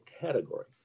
category